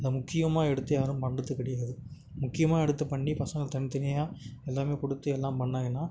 அந்த முக்கியமாக எடுத்து யாரும் பண்ணுறது கிடையாது முக்கியமாக எடுத்து பண்ணி பசங்க தனி தனியாக எல்லாம் கொடுத்து எல்லாம் பண்ணிணாங்கன்னா